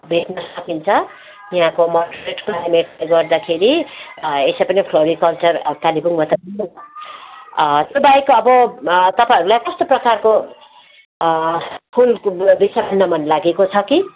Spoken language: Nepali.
भेट्न सकिन्छ यहाँको मोडरेट क्लाइमेटले गर्दाखेरि यसै पनि फ्लोरिकल्चर अब कालेबुङमा त त्योबाहेक अब तपाईँहरूलाई कस्तो प्रकारको फुलको मन लागेको छ कि